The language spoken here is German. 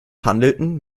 handelten